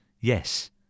Yes